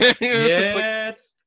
Yes